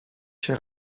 się